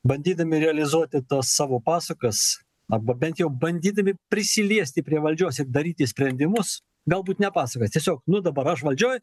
bandydami realizuoti tas savo pasakas arba bent jau bandydami prisiliesti prie valdžios ir daryti sprendimus galbūt nepasakas tiesiog nu dabar aš valdžioj